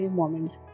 moments